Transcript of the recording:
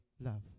Love